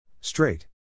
Straight